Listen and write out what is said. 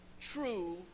true